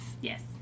Yes